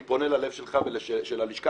אני פונה ללב שלך ושל הלשכה,